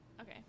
Okay